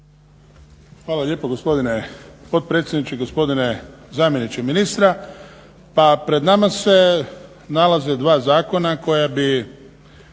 Hvala lijepo gospodine potpredsjedniče, gospodine zamjeniče ministra. Pa pred nama se nalaze dva zakona koja bi